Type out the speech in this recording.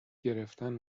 گرفتن